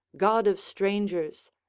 god of strangers,